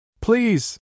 Please